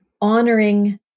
honoring